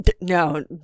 No